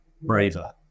braver